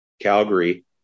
Calgary